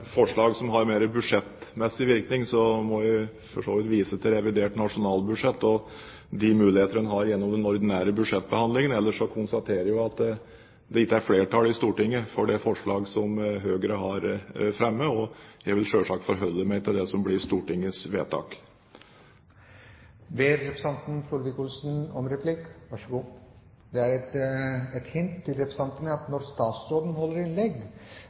forslag som har mer budsjettmessig virkning, må jeg for så vidt vise til revidert nasjonalbudsjett og de muligheter en har gjennom den ordinære budsjettbehandlingen. Ellers konstaterer jeg at det ikke er flertall i Stortinget for det forslaget som Høyre har fremmet, og jeg vil selvsagt forholde meg til det som blir Stortingets vedtak. Ber representanten Solvik-Olsen om replikk? – Vær så god. Det er et hint til representantene at når statsråder holder innlegg,